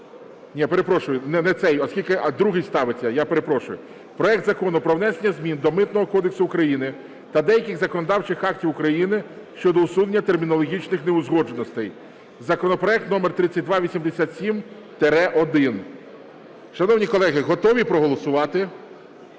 Перепрошую, не цей, другий ставиться, я перепрошую. Проект Закону про внесення змін до Митного кодексу України та деяких законодавчих актів України щодо усунення термінологічних неузгодженостей (законопроект №3287-1). Шановні колеги, готові проголосувати?